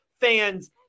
fans